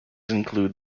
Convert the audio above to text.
include